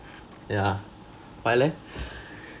yeah why leh